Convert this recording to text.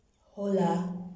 Hola